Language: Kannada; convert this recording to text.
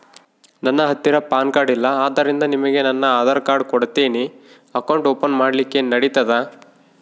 ನನ್ನ ಹತ್ತಿರ ಪಾನ್ ಕಾರ್ಡ್ ಇಲ್ಲ ಆದ್ದರಿಂದ ನಿಮಗೆ ನನ್ನ ಆಧಾರ್ ಕಾರ್ಡ್ ಕೊಡ್ತೇನಿ ಅಕೌಂಟ್ ಓಪನ್ ಮಾಡ್ಲಿಕ್ಕೆ ನಡಿತದಾ?